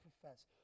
profess